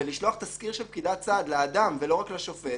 ולשלוח תסקיר של פקידת סעד לאדם ולא רק לשופט,